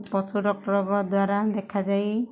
ପଶୁ ଡକ୍ଟରଙ୍କ ଦ୍ୱାରା ଦେଖାଯାଇ